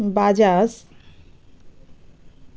Bajaj